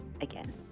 again